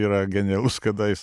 yra genialus kada jis